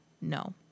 No